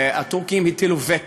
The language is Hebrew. הטורקים הטילו וטו.